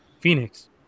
Phoenix